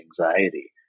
anxiety